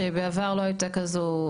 שבעבר לא הייתה כזו,